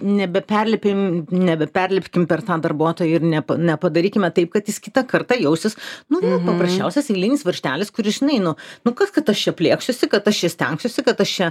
nebeperlipkim per tą darbuotoją ir ne nepadarykime taip kad jis kitą kartą jausis nu vėl paprasčiausias eilinis varžtelis kuris žinai nu nu kas kad aš čia plieksiuosi kad aš stengsiuosi kad aš čia